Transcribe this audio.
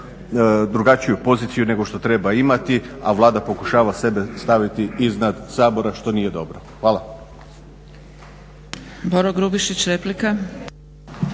drugačiju poziciju nego što treba imati, a Vlada pokušava sebe staviti iznad Sabora što nije dobro. Hvala.